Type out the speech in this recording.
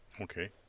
Okay